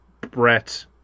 Brett